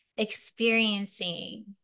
experiencing